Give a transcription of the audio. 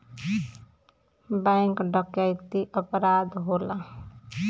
bank डकैती अपराध होला